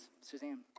Suzanne